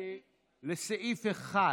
לסעיף 1